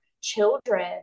children